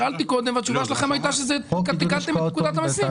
שאלתי קודם והתשובה שלכם הייתה שגם תיקנתם את פקודת המיסים.